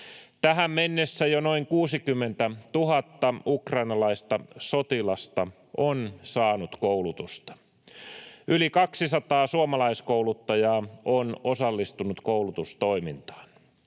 Tähän mennessä jo noin 60 000 ukrainalaista sotilasta on saanut koulutusta. Yli 200 suomalaiskouluttajaa on osallistunut koulutustoimintaan.